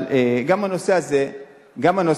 אבל גם הנושא הזה נבדק.